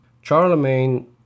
Charlemagne